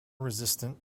resistant